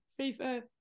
FIFA